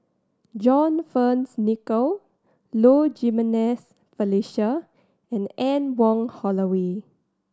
John Fearns Nicoll Low Jimenez Felicia and Anne Wong Holloway